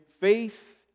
faith